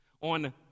On